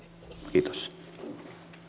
kiitos